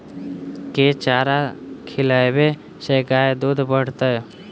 केँ चारा खिलाबै सँ गाय दुध बढ़तै?